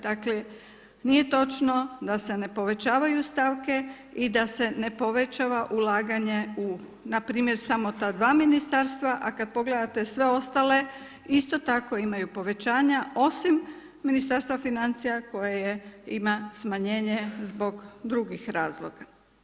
Dakle, nije točno da se ne povećavaju stavke i da se ne povećava ulaganje u npr. samo ta 2 ministarstva, a kad pogledate sve ostale, isto tako imaju povećanja, osim Ministarstva financija koje ima smanjenje zbog drugih razloga.